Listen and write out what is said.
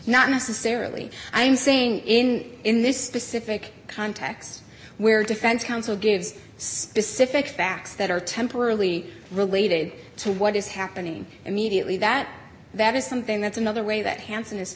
not necessarily i'm saying in in this specific context where defense counsel gives specific facts that are temporarily related to what is happening immediately that that is something that's another way that hanssen is